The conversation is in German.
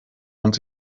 und